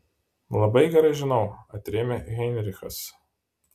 labai gerai žinau atrėmė heinrichas